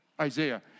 Isaiah